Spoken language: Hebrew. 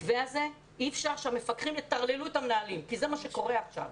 אי אפשר שהמפקחים יטרללו את המנהלים כי זה מה שקורה עכשיו.